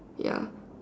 ya